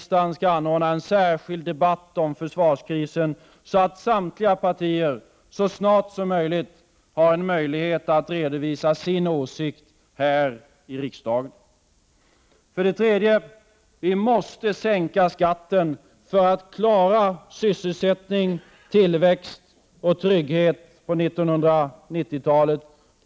att man skall anordna en särskild debatt om försvarskrisen så att samtliga partier så snart som möjligt får redovisa sin åsikt här i riksdagen. För det tredje: Vi måste sänka skatten för att klara sysselsättning, tillväxt och trygghet på 1990-talet.